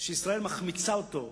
שישראל מחמיצה אותו,